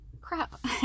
crap